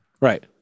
Right